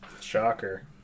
Shocker